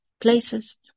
Places